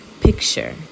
picture